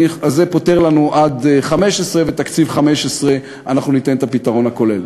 זה פותר לנו עד 15'; בתקציב 15' ניתן את הפתרון הכולל.